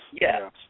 yes